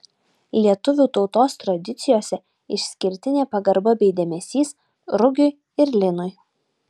lietuvių tautos tradicijose išskirtinė pagarba bei dėmesys rugiui ir linui